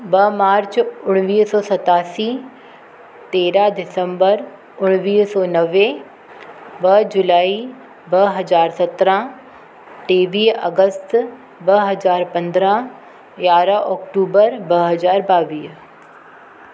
ॿ मार्च उणिवीह सौ सतासी तेरहं दिसंबर उणिवीह सौ नवे ॿ जुलाई ॿ हज़ार सत्रहं टेवीह अगस्त ॿ हज़ार पंद्रहा यारहं ऑक्टूबर ॿ हज़ार ॿावीह